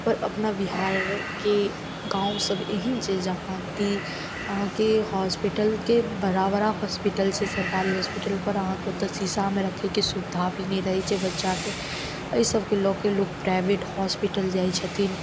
पर अपना बिहारके गाँव सब एहन छै जहाँ की आहाँके हॉस्पिटलके बड़ा बड़ा हॉस्पिटल छै सरकारी हॉस्पिटल पर आहाँके ओत्तऽ शीशामे रक्खयके सुवधा भी नहि रहै छै बच्चाके एहि सबके लऽ कए लोक प्राइवेट हॉस्पिटल जाइ छथिन